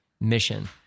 mission